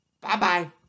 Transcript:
Bye-bye